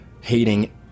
hating